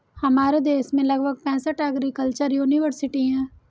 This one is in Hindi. हमारे देश में लगभग पैंसठ एग्रीकल्चर युनिवर्सिटी है